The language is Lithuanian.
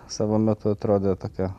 savo metu atrodė tokia